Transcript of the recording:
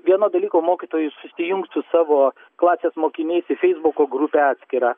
vieno dalyko mokytojui susijungt su savo klasės mokiniais į feisbuko grupę atskirą